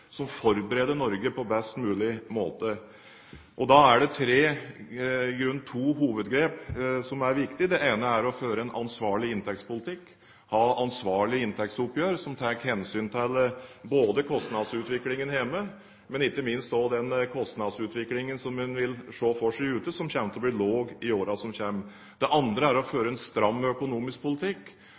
som forbereder Norge på best mulig måte. Da er det i grunnen to hovedgrep som er viktig. Det ene er å føre en ansvarlig inntektspolitikk, ha ansvarlige inntektsoppgjør som tar hensyn til kostnadsutviklingen hjemme, men ikke minst også den kostnadsutviklingen som en vil se for seg ute, som kommer til å bli lav i årene som kommer. Det andre er å føre en stram økonomisk politikk.